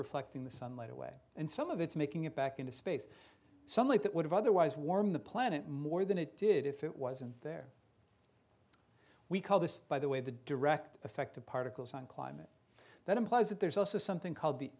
reflecting the sunlight away and some of it's making it back into space some like that would otherwise warm the planet more than it did if it wasn't there we call this by the way the direct effect of particles on climate that implies that there's also something called the